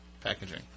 packaging